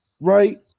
right